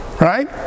right